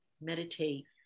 meditate